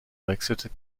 wechselte